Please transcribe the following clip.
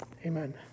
Amen